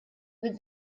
with